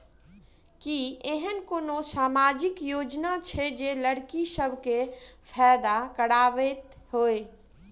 की एहेन कोनो सामाजिक योजना छै जे लड़की सब केँ फैदा कराबैत होइ?